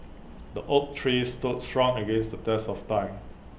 the oak tree stood strong against the test of time